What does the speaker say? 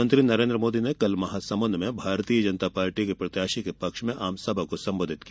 प्रधानमंत्री नरेंद्र मोदी ने कल महासमुंद में भारतीय जनता पार्टी के प्रत्याशी के पक्ष में आमसभा को संबोधित किया